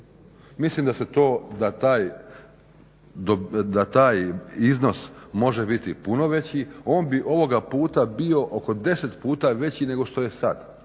Mislim da se taj iznos može biti puno veći. On bi ovoga puta bio oko 10 puta veći nego što je sad,